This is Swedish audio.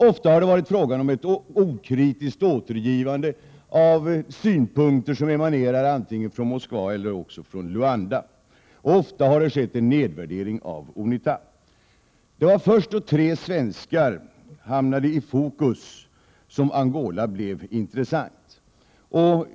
Ofta har det varit fråga om ett okritiskt återgivande av synpunkter som emanerar antingen från Moskva eller från Luanda, och ofta har det skett en nedvärdering av UNITA. Det var först då tre svenskar hamnade i fokus som Angola blev intressant.